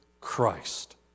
Christ